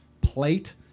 plate